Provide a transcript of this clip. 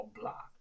blocked